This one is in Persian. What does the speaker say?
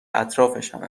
اطرافشان